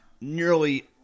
nearly